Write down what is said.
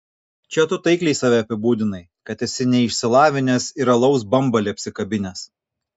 čia tu taikliai save apibūdinai kad esi neišsilavinęs ir alaus bambalį apsikabinęs